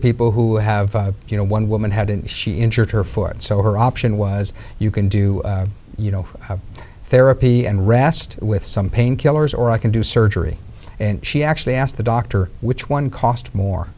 people who have you know one woman had an she injured her foot so her option was you can do you know therapy rast with some painkillers or i can do surgery and she actually asked the doctor which one cost more